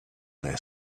their